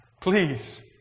please